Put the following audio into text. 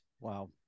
Wow